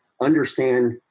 understand